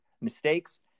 mistakes